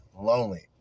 lonely